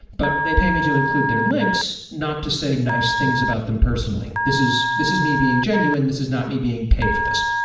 but they pay me to include their links, not to say nice things about them personally. this is this is me being genuine. this is not me being paid for this.